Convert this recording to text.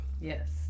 Yes